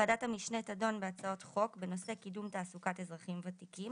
ועדת המשנה תדון בהצעות חוק בנושא קידום תעסוקת אזרחים ותיקים